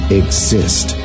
exist